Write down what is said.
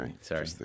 Sorry